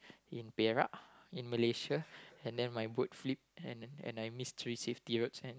in Perak in Malaysia and then my boat flip and and I miss three safety words and